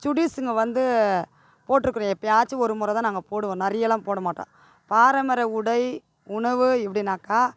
சுடிஸ்ஸுங்க வந்து போட்ருக்கிறோம் எப்பயாச்சும் ஒரு முறை தான் நாங்கள் போடுவோம் நிறையலாம் போட மாட்டோம் பாரம்பரிய உடை உணவு எப்படின்னாக்கா